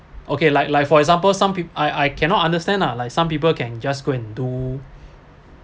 okay like like for example some peo~ I I cannot understand lah like some people can just go and do